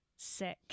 sick